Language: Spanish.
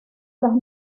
las